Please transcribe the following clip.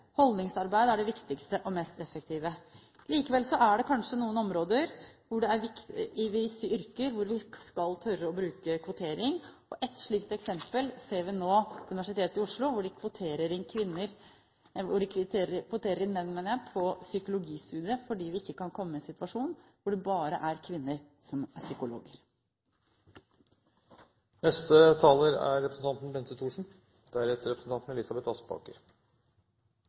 holdningsarbeid er det viktigste og mest effektive. Allikevel er det kanskje noen områder innen visse yrker hvor vi skal tørre å bruke kvotering. Ett eksempel ser vi nå ved Universitetet i Oslo, hvor de kvoterer inn menn på psykologistudiet, fordi vi ikke kan komme i en situasjon hvor det bare er kvinner som er psykologer. Fremskrittspartiet er